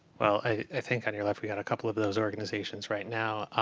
well, i think on your left, we got a couple of those organizations right now.